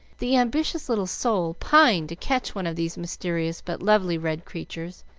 the ambitious little soul pined to catch one of these mysterious but lovely red creatures,